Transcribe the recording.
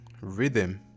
Rhythm